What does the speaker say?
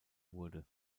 wurde